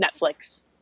Netflix